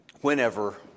whenever